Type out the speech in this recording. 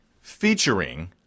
Featuring